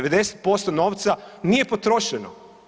90% novca nije potrošeno.